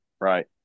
right